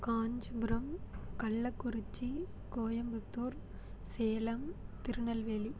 Kanchipuram Kallakurichi Coimbatore Salem Tirunelveli